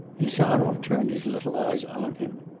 insarov turned his little eyes on him.